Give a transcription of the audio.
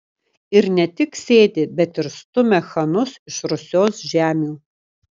ir ne tik sėdi bet ir stumia chanus iš rusios žemių